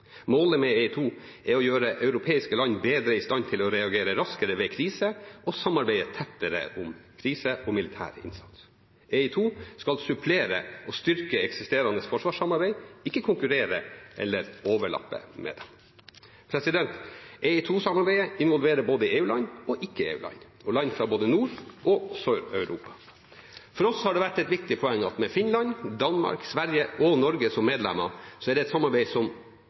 Målet med EI2 er å gjøre europeiske land bedre i stand til å reagere raskt ved krise og samarbeide tettere om krise- og militærinnsats. EI2 skal supplere og styrke eksisterende forsvarssamarbeid, ikke konkurrere eller overlappe med det. EI2-samarbeidet involverer både EU-land og ikke-EU-land og land fra både Nord- og Sør-Europa. For oss har det vært et viktig poeng at med Finland, Danmark, Sverige og Norge som medlemmer er det et samarbeid som